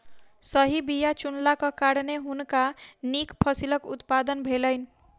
सही बीया चुनलाक कारणेँ हुनका नीक फसिलक उत्पादन भेलैन